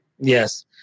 Yes